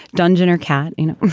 dungeon or cat. you know,